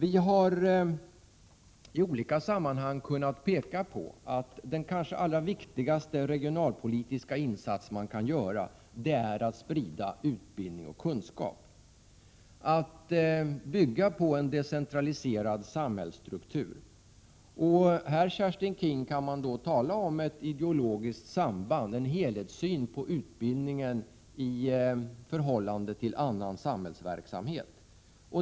I olika sammanhang har vi kunnat peka på att den kanske allra viktigaste regionalpolitiska insats man kan göra är att sprida utbildning och kunskap samt att bygga på en decentraliserad samhällsstruktur. Här, Kerstin Keen, kan man tala om ett ideologiskt samband, en helhetssyn på utbildningen i förhållande till annan samhällsverksamhet.